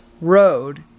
road